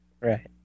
Right